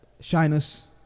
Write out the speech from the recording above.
shyness